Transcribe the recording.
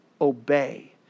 obey